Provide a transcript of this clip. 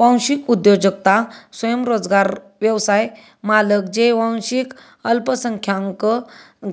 वांशिक उद्योजकता स्वयंरोजगार व्यवसाय मालक जे वांशिक अल्पसंख्याक